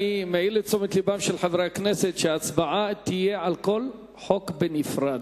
אני מעיר לתשומת לבם של חברי הכנסת שההצבעה תהיה על כל חוק בנפרד.